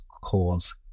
cause